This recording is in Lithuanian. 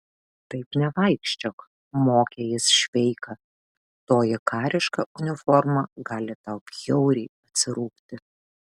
taip nevaikščiok mokė jis šveiką toji kariška uniforma gali tau bjauriai atsirūgti